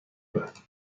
بعد